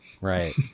Right